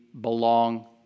belong